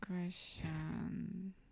question